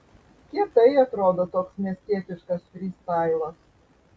kietai atrodo toks miestietiškas frystailas